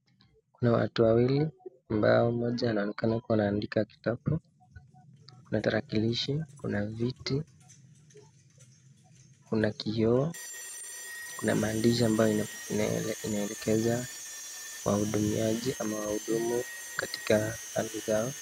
Kuna watu wawili ambao mmoja anaonekana kuwa anaandika kitabu . Kuna tarakilishi, kuna viti, kuna kioo ,kuna maandishi ambayo inaelekeza wahudumiaji ama wahudumu katika kazi zao.